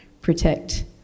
protect